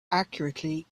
accurately